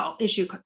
issue